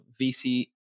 VC